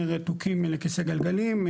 רתוקים בכיסא גלגלים,